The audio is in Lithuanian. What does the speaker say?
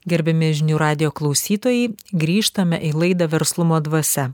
gerbiami žinių radijo klausytojai grįžtame į laidą verslumo dvasia